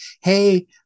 hey